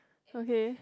okay